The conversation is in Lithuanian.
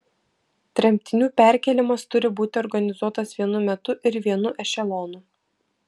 tremtinių perkėlimas turi būti organizuotas vienu metu ir vienu ešelonu